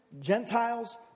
Gentiles